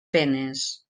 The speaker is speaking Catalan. penes